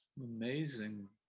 amazing